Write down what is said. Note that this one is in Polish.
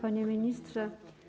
Panie Ministrze!